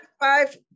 five